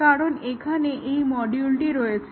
কারণ এখানে এই মডিউলটি রয়েছে